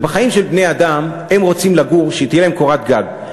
ובחיים של בני-אדם הם רוצים שתהיה להם קורת גג.